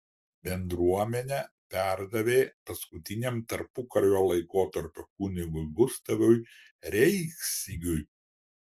bendruomenę perdavė paskutiniam tarpukario laikotarpio kunigui gustavui reisgiui